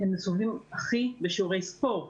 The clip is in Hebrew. הם הכי סובלים בשיעורי ספורט,